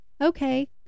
okay